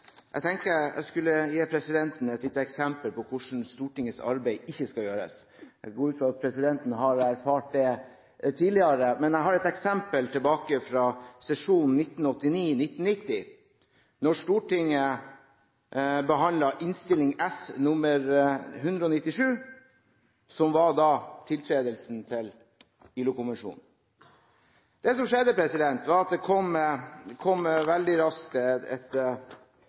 Jeg tenkte jeg skulle gi presidenten et lite eksempel på hvordan Stortingets arbeid ikke skal gjøres. Jeg går ut fra at presidenten har erfart det tidligere. Jeg har et eksempel fra sesjonen 1989–1990, da Stortinget behandlet Innst. S. nr. 197, om tiltredelse av ILO-konvensjonen. Det som skjedde, var at det kom veldig raskt